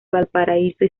valparaíso